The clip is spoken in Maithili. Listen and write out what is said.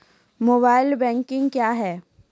मोबाइल बैंकिंग क्या हैं?